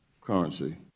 currency